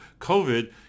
COVID